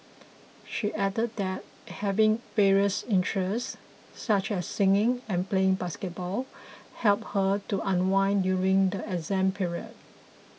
she added that having various interests such as singing and playing basketball helped her to unwind during the exam period